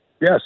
Yes